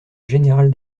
général